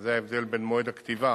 וזה ההבדל בין מועד הכתיבה